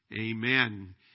Amen